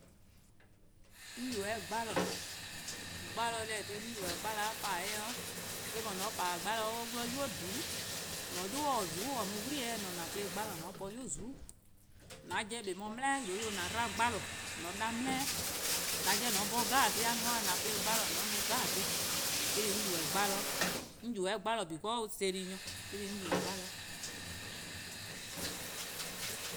'On ybeh-a 'gbalor, deh :eh :korn-a dhih 'de 'on ybeh-a 'fbalor-a pa-dih-eh eh-: 'dhu, :mor :pa-dih: 'gbalor on 'wluh 'nynuu: :dhulu', :mor :an-a' 'yu taa :zuku'-'-a mu :mor 'wli-eh se :ne :an plo 'gbalor: :an po 'yu :zuku'-', :an 'jeh :mor on 'da dele-eh: 'yle :an 'dba 'gbalor: :a 'da dele-eh:, :mor :an 'bhorn dhih 'jeh-a no-a dih :an plo 'gbalor :an no dhih 'jeh, eh-: :korn dhih 'on :ybeh 'gbarlor-', 'on :ybeh-' 'gbalor: because or zelie' nyor eh-: :korn dhih 'on :ybeh :gbalor:-',